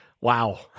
wow